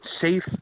safe